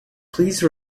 please